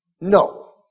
no